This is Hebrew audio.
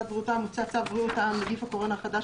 הוצע "צו בריאות העם (נגיף הקורונה החדש)